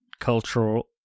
Cultural